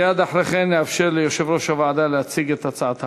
מייד אחרי כן אאפשר ליושב-ראש הוועדה להציג את הצעת החוק.